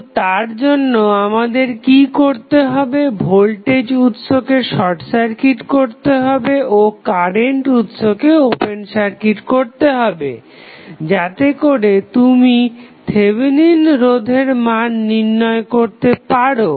তো তারজন্য আমাদের কি করতে হবে ভোল্টেজ উৎসকে শর্ট সার্কিট করতে হবে ও কারেন্ট উৎসকে ওপেন সার্কিট করতে হবে যাতেকরে তুমি থেভেনিন রোধের মান নির্ণয় করতে পারো